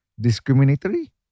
discriminatory